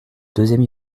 deuxième